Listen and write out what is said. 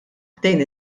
ħdejn